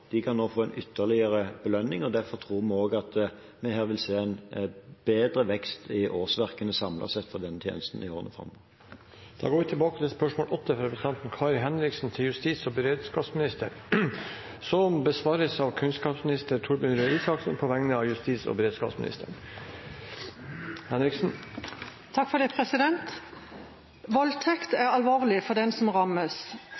De kan nå få en ytterligere belønning. Derfor tror vi også at vi her vil se en bedre vekst i årsverkene samlet sett for denne tjenesten i årene framover. Da går vi tilbake til spørsmål 8. Dette spørsmålet, fra representanten Kari Henriksen til justis- og beredskapsministeren, vil bli besvart av kunnskapsministeren på vegne av justis- og beredskapsministeren, som er bortreist. «Voldtekt er alvorlig for